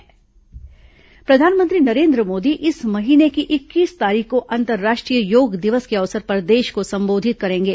प्रधानमंत्री योग प्रधानमंत्री नरेन्द्र मोदी इस महीने की इक्कीस तारीख को अंतर्राष्ट्रीय योग दिवस के अवसर पर देश को संबोधित करेंगे